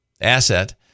asset